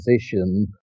position